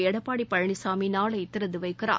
எடப்பாடிபழனிசாமிநாளைதிறந்துவைக்கிறார்